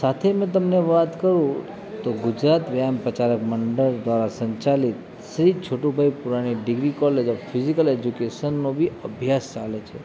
સાથે મેં તમને વાત કરું તો ગુજરાત વ્યવયામ પ્રચારક મંડળ દ્વારા સંચાલિત Shri Chhotubhai Purani degree college physical એજ્યુકેસનનો બી અભ્યાસ ચાલે છે